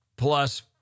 Plus